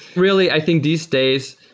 really, i think these days,